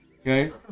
Okay